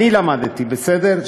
אני למדתי, בסדר?